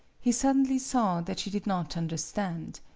he suddenly saw that she did not understand.